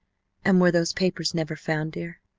and were those papers never found, dear?